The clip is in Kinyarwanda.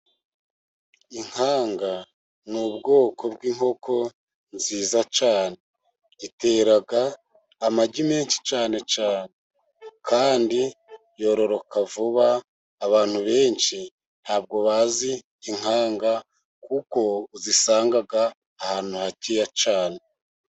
Inkanga ni ubwoko bw'inkoko nziza cyane, itera amagi menshi cyane cyane kandi yororoka vuba abantu benshi ntabwo bazi inkanga, kuko uzisanga ahantu hakeya cyane.